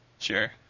Sure